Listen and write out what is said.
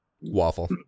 Waffle